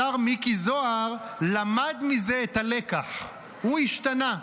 השר מיקי זוהר למד מזה את הלקח, והוא השתנה.